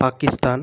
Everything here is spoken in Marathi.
पाकिस्तान